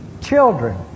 children